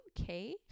okay